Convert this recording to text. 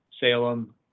salem